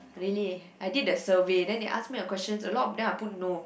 really eh I did the survey then they ask me a question a lot of them I put no